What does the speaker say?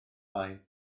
mae